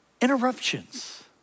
interruptions